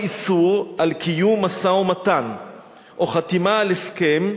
או חתימה על הסכם,